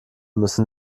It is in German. müssen